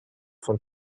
von